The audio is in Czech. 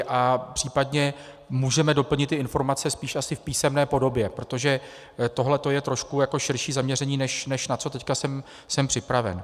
A případně můžeme doplnit ty informace spíš asi v písemné podobě, protože tohleto je trošku jako širší zaměření než to, na co jsem teď připraven.